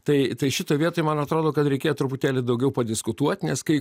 tai tai šitoj vietoj man atrodo kad reikėjo truputėlį daugiau padiskutuot nes kai